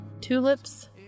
tulips